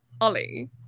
Ollie